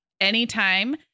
anytime